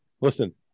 Listen